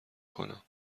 کنم